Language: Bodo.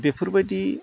बेफोरबायदि